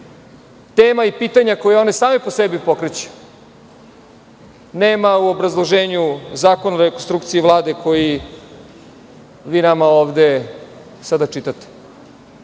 tema i pitanja koje oni sami po sebi pokreću, nema u obrazloženju Zakona o rekonstrukciji Vlade koji vi nama ovde sada čitate,